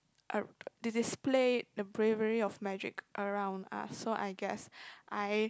uh they display the periphery of magic around us so I guess I